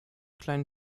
kleinen